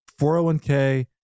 401k